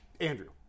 andrew